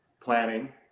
planning